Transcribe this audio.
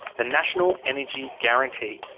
the national energy guarantee,